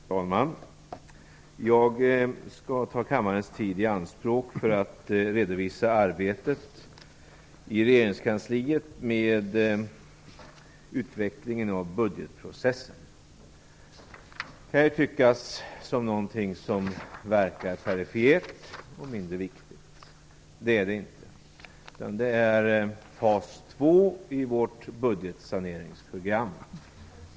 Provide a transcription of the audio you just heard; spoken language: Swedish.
Herr talman! Jag skall ta kammarens tid i anspråk för att redovisa regeringskansliets arbete med utvecklingen av budgetprocessen. Det kan tyckas perifert och mindre viktigt. Men det är det inte, utan det är fas 2 i vårt budgetsaneringsprogram.